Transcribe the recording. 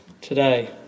today